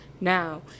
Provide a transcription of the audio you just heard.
now